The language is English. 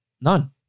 None